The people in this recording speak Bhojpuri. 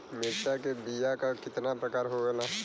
मिर्चा के बीया क कितना प्रकार आवेला?